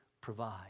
provide